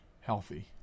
healthy